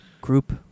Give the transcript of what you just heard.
group